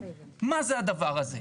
מה זה הדבר הזה?